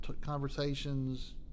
conversations